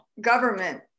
government